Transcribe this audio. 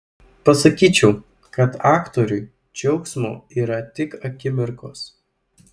pasakyčiau kad aktoriui džiaugsmo yra tik akimirkos